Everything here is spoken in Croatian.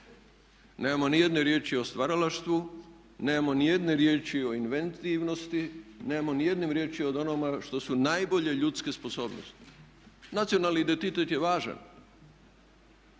Nemamo nijedne riječi o stvaralaštvu, nemamo nijedne riječi o inventivnosti, nemamo nijedne riječi o onome što su najbolje ljudske sposobnosti. Nacionalni identitet je važan,